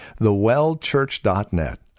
thewellchurch.net